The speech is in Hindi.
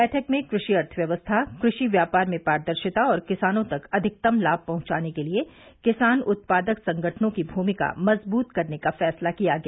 बैठक में कृषि अर्थव्यवस्था कृषि व्यापार में पारदर्शिता और किसानों तक अधिकतम लाभ पहुंचाने के लिए किसान उत्पादक संगठनों की भूमिका मजबूत करने का फैसला किया गया